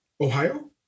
Ohio